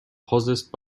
possessed